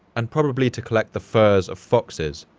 and probably to collect the furs of foxes,